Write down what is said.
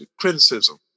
criticism